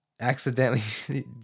Accidentally